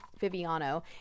Viviano